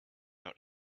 out